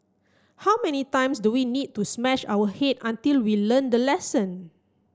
how many times do we need to smash our head until we learn the lesson